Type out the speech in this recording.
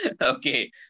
Okay